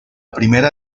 primera